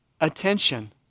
attention